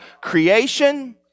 creation